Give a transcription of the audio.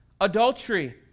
adultery